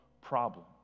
problem